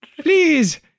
Please